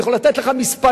אני יכול לתת לך מספרים,